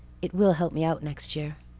it will help me out next year.